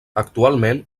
actualment